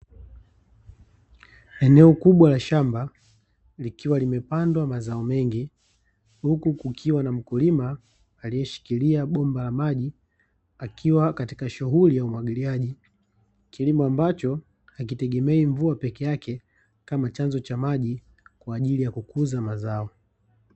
Eneo kubwa la shamba likiwa limepandwa mazao mengi huku kukiwa na mkulima aliyeshikilia bomba la maji akiwa katika shughuli ya umwagiliaji. Kilimo ambacho hakitegemei mvua peke yake kama chanzo cha maji kwa ajili ya kukuza mazao.